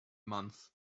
month